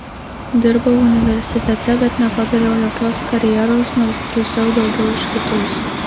dirbau universitete bet nepadariau jokios karjeros nors triūsiau daugiau už kitus